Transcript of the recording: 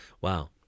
Wow